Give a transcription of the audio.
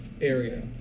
area